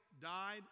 died